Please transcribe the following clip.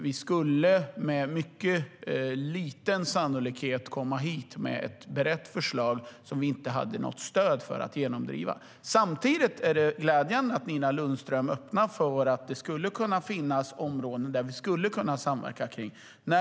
Vi skulle med mycket liten sannolikhet komma hit med ett berett förslag som vi inte hade något stöd för att genomdriva. Samtidigt är det glädjande att Nina Lundström öppnar för att det skulle kunna finnas områden där vi skulle kunna samverka.